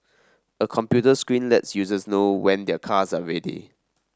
a computer screen lets users know when their cars are ready